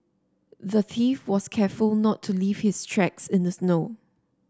the thief was careful not to leave his tracks in the snow